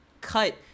cut